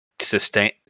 sustain